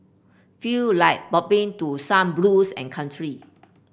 feel like bopping to some blues and country